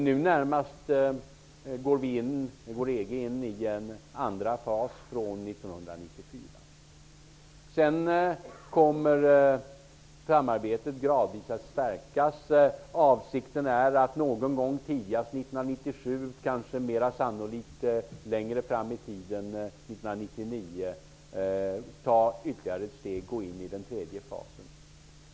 Nu närmast går EG in i en andra fas från 1994. Sedan kommer samarbetet gradvis att stärkas. Avsikten är att tidigast 1997 -- kanske mer sannolikt längre fram i tiden, eventuellt 1999 -- ta ytterligare ett steg och gå in i den tredje fasen.